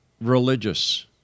religious